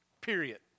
Period